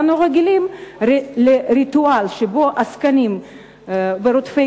ואנו רגילים לריטואל שבו עסקנים ורודפי